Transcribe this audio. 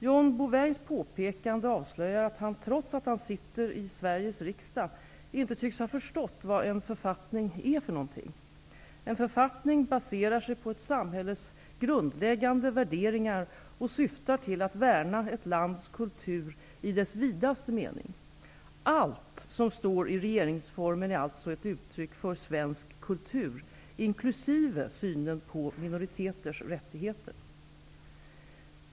John Bouvins påpekande avslöjar att han, trots att han sitter i Sveriges riksdag, inte tycks ha förstått vad en författning är för något. En författning baserar sig på ett samhälles grundläggande värderingar och syftar till att värna ett lands kultur i dess vidaste mening. Allt som står i regeringsformen är alltså ett uttryck för svensk kultur inklusive synen på minoriteters rättigheter.